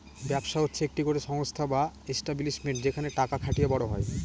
ব্যবসা হচ্ছে একটি করে সংস্থা বা এস্টাব্লিশমেন্ট যেখানে টাকা খাটিয়ে বড় হয়